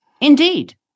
Indeed